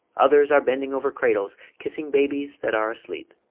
others are bending over cradles, kissing babies that are asleep.